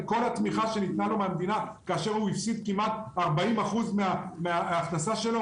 כל התמיכה שניתנה לו מהמדינה כאשר הוא הפסיד כמעט 40% מההכנסה שלו?